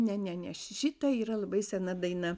ne ne ne ši šita yra labai sena daina